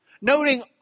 noting